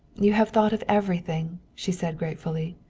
you have thought of everything, she said gratefully.